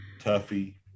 Tuffy